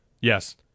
Yes